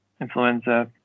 influenza